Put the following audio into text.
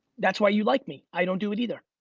that's why you like me. i don't do it either.